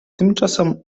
tymczasem